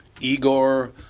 Igor